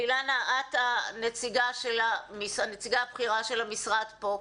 אילנה, את הנציגה הבכירה של המשרד פה.